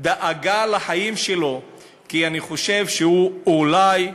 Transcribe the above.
דאגה לחיים שלו, כי אני חושב שהוא אולי,